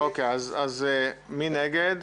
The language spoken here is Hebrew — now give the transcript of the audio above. אין נגד.